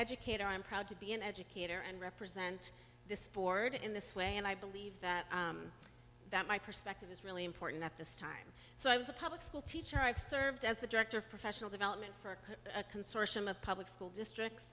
educator i'm proud to be an educator and represent this board in this way and i believe that that my perspective is really important at this time so i was a public school teacher i've served as the director of professional development for a consortium of public school districts